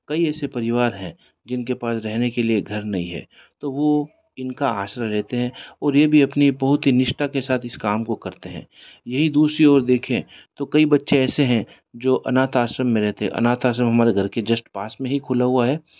कई ऐसे परिवार हैं जिनके पास रहने के लिए घर नहीं है तो वो इनका आश्रय रहते हैं और ये भी अपनी बहुत ही निष्ठा के साथ इस काम को करते हैं यही दूसरी ओर देखें तो कई बच्चे ऐसे हैं जो अनाथ आश्रम में रहते अनाथ आश्रम हमारे घर के जस्ट पास में ही खुला हुआ है